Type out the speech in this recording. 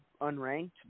unranked